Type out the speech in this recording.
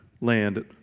land